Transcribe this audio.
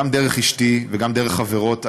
גם דרך אשתי וגם דרך חברות,